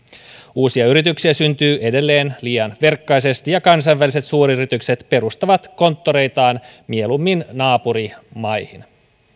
uusia yrityksiä syntyy edelleen liian verkkaisesti ja kansainväliset suuryritykset perustavat konttoreitaan mieluummin naapurimaihin